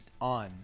on